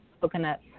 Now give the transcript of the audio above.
coconut